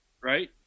Right